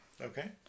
Okay